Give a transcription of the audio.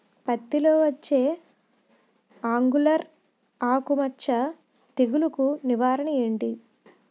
పత్తి లో వచ్చే ఆంగులర్ ఆకు మచ్చ తెగులు కు నివారణ ఎంటి?